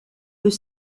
peut